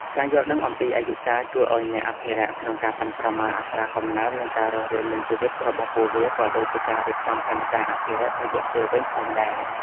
ការយល់ដឹងអំពីអាយុកាលជួយអោយអ្នកអភិរក្សក្នុងការប៉ាន់ប្រមាណអត្រាកំណើន និងការរស់រានមានជីវិតរបស់ពួកវា ក៏ដូចជាការរៀបចំផែនការអភិរក្សរយៈពេលវែងផងដែរ។